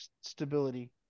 stability